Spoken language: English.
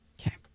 Okay